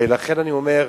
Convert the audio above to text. לכן אני אומר,